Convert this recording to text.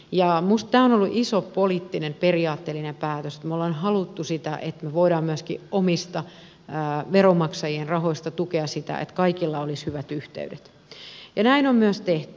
minusta tämä on ollut iso poliittinen periaatteellinen päätös että me olemme halunneet sitä että me voimme myöskin omista veronmaksajien rahoista tukea sitä että kaikilla olisi hyvät yhteydet ja näin on myös tehty